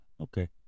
Okay